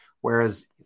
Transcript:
whereas